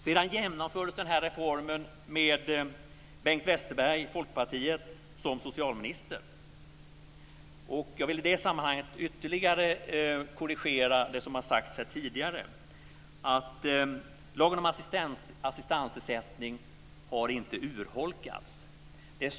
Sedan genomfördes reformen med Bengt Westerberg i Folkpartiet som socialminister. Jag vill i det sammanhanget ytterligare korrigera det som har sagts här tidigare. Lagen om assistansersättning har inte urholkats.